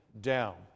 down